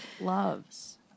loves